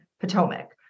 Potomac